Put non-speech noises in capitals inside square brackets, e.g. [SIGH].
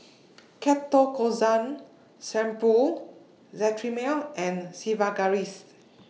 [NOISE] Ketoconazole Shampoo Cetrimide and Sigvaris [NOISE]